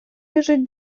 біжить